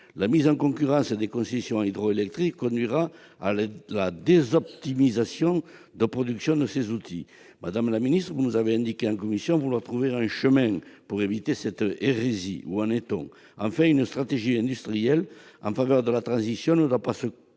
la mise en concurrence des concessions hydroélectriques conduira à la désoptimisation de la production de ces outils. Madame la ministre, vous avez indiqué en commission vouloir trouver un chemin pour éviter cette hérésie : où en est-on ? Enfin, la stratégie industrielle en faveur de la transition ne doit pas se construire